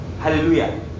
Hallelujah